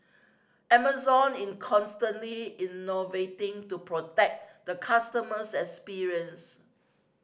Amazon in constantly innovating to protect the customers experience